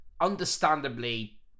understandably